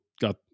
got